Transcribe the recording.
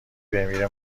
بمیره